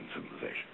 civilization